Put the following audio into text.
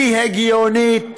היא הגיונית,